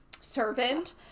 servant